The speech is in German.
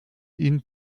ihn